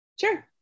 Sure